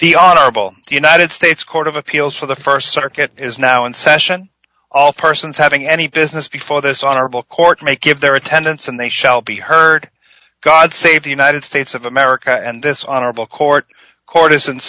the honorable united states court of appeals for the st circuit is now in session all persons having any business before this honorable court make it their attendance and they shall be heard god save the united states of america and this honorable court court is